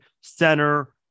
center